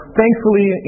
thankfully